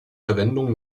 verwendung